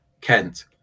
Kent